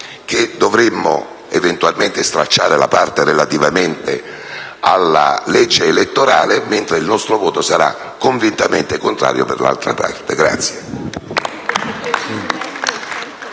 che dovremo eventualmente stralciare per la parte relativa alla legge elettorale, mentre il nostro voto sarà convintamente contrario per l'altra parte.